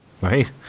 right